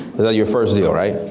that your first deal, right?